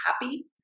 happy